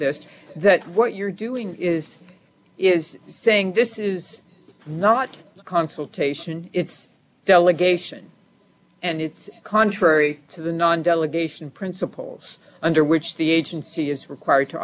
best that what you're doing is is saying this is not a consultation it's delegation and it's contrary to the non delegation principles under which the agency is required to